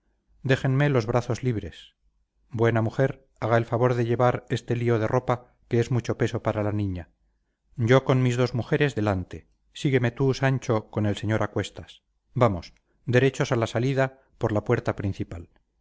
déjenme los brazos libres buena mujer haga el favor de llevar este lío de ropa que es mucho peso para la niña yo con mis dos mujeres delante sígueme tú sancho con el señor a cuestas vamos derechos a la salida por la puerta principal